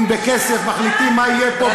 אם בכסף מחליטים מה יהיה פה,